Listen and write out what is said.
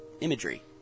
imagery